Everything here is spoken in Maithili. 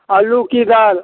आलू की भाव